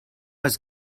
was